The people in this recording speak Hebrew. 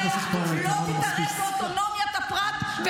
לא תתערב באוטונומיית הפרט -- חברת הכנסת תמנו,